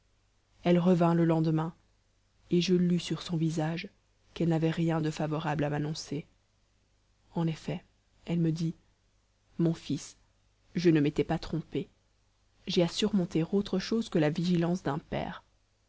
elle revint le lendemain et je lus sur son visage qu'elle n'avait rien de favorable à m'annoncer en effet elle me dit mon fils je ne m'étais pas trompée j'ai à surmonter autre chose que la vigilance d'un père